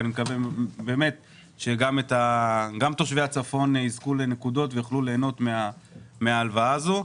ואני מקווה שגם תושבי הצפון יזכו לנקודות ויוכלו ליהנות מההלוואה הזו.